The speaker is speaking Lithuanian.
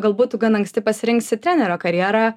galbūt gan anksti pasirinksi trenerio karjerą